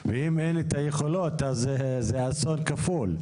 אם אין את היכולות זה אסון כפול.